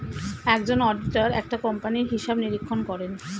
একজন অডিটর একটা কোম্পানির হিসাব নিরীক্ষণ করেন